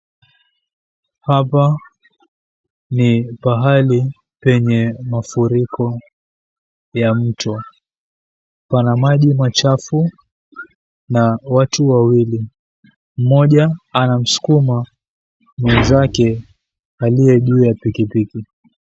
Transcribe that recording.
Hapa ni pahali penye mafuriko ya mto. Pana maji machafu na watu wawili. Mmoja anamsukuma mwenzake aliye juu ya pikipiki.